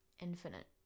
Infinite